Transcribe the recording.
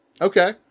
Okay